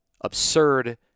absurd